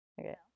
Okay